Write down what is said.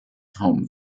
home